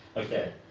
okay,